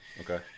Okay